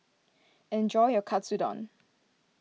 enjoy your Katsudon